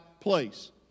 place